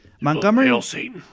Montgomery